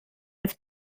als